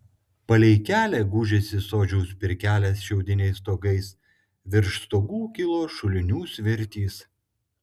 palei kelią gūžėsi sodžiaus pirkelės šiaudiniais stogais virš stogų kilo šulinių svirtys